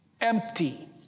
Empty